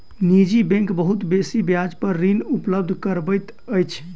निजी बैंक बहुत बेसी ब्याज पर ऋण उपलब्ध करबैत अछि